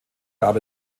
gab